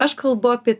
aš kalbu apie